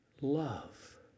Love